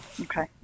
Okay